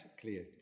clear